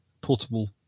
portable